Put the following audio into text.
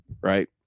Right